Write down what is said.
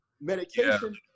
medication